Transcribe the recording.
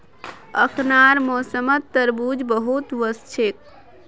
अखनार मौसमत तरबूज बहुत वोस छेक